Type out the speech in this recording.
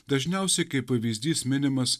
dažniausiai kaip pavyzdys minimas